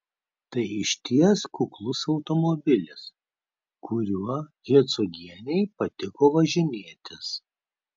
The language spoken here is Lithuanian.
tai išties kuklus automobilis kuriuo hercogienei patiko važinėtis